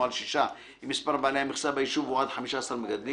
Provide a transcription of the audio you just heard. או על 6 אם מספר בעלי המכסה ביישוב הוא עד 15 מגדלים,